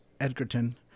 Edgerton